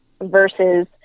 versus